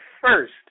first